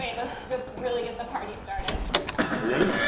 let's really get the party started. are you ready?